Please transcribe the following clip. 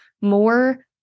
more